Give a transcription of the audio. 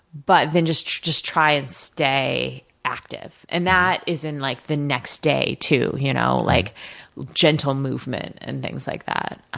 but then, just just try to and stay active. and, that is in like the next day too you know like gentle movement, and things like that.